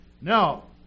Now